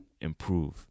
improve